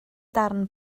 darn